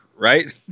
right